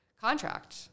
contract